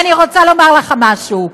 ואני רוצה לומר לך משהו: